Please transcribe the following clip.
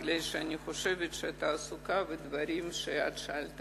כי אני חושבת שהתעסוקה והדברים ששאלת